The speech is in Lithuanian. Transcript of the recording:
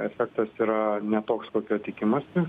efektas yra ne toks kokio tikimasi